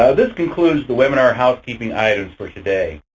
ah this concludes the webinar housekeeping items for today.